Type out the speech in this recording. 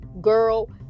girl